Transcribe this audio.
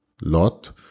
Lot